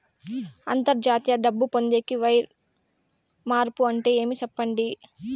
అంతర్జాతీయ డబ్బు పొందేకి, వైర్ మార్పు అంటే ఏమి? సెప్పండి?